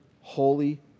holy